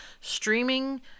streaming